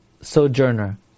sojourner